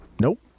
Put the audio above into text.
nope